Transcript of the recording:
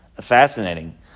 Fascinating